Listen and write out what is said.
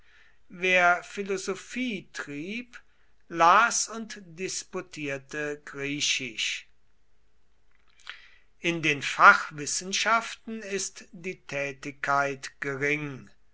wer philosophie trieb las und disputierte griechisch in den fachwissenschaften ist die tätigkeit gering